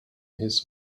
his